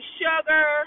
sugar